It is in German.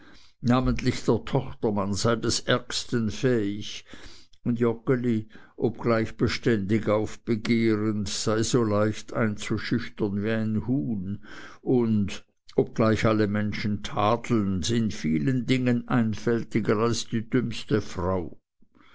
namentlich der tochtermann sei des ärgsten fähig und joggeli obgleich beständig aufbegehrend sei so leicht einzuschüchtern wie ein huhn und obgleich alle menschen tadelnd in vielen dingen einfältiger als die dümmste frau